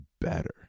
better